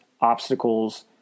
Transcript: obstacles